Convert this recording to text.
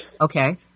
Okay